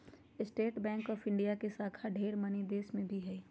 state bank of India के शाखा ढेर मनी देश मे भी हय